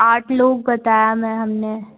आठ लोग बताया मैम हम ने